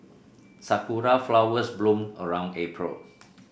sakura flowers bloom around April